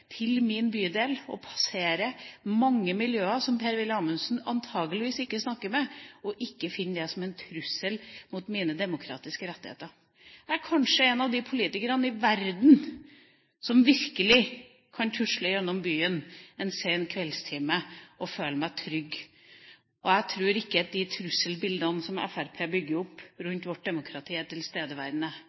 til min bydel, og passere mange miljøer som Per-Willy Amundsen antakeligvis ikke snakker med, og ikke finne det som en trussel mot mine demokratiske rettigheter. Jeg er kanskje en av de politikerne i verden som virkelig kan tusle gjennom byen en sein kveldstime og føle seg trygg. Jeg tror ikke at de trusselbildene som Fremskrittspartiet bygger opp rundt vårt demokrati, er